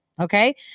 Okay